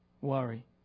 worry